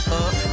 up